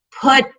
put